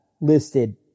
listed